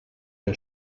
der